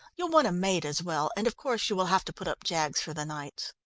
you'll want a maid as well and, of course, you will have to put up jaggs for the nights.